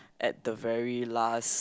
at the very last